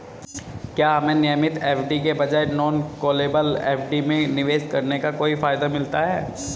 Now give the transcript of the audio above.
क्या हमें नियमित एफ.डी के बजाय नॉन कॉलेबल एफ.डी में निवेश करने का कोई फायदा मिलता है?